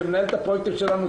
שמנהלת את הפרויקטים שלנו,